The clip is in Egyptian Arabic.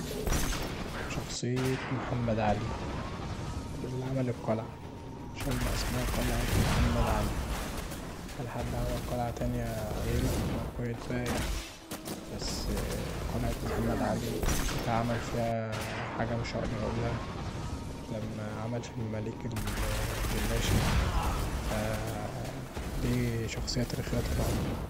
شخصية محمد علي، اللي عمل القلعه، عشان بقي اسمها قلعة محمد علي، هل حد عمل قلعة تانيه غيره؟ اه قلعة قايتباي بس قلعة محمد علي اتعمل فيها حاجه مش هقدر اقولها لما عمل في المماليك الجلاشه، فدي شخصية تاريخية طبعا.